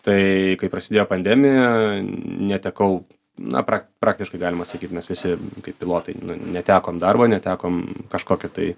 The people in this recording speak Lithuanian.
tai kai prasidėjo pandemija netekau na prak praktiškai galima sakyt mes visi kaip pilotai nu netekom darbo netekom kažkokio tai